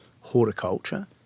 horticulture